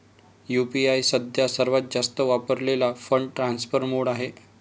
UPI सध्या सर्वात जास्त वापरलेला फंड ट्रान्सफर मोड आहे